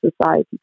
society